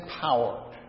power